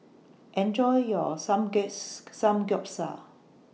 Enjoy your Some guess's Samgeyopsal